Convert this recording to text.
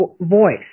voice